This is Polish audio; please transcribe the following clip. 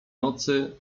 nocy